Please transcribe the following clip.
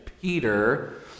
Peter